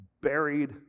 buried